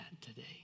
today